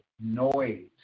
noise